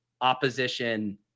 opposition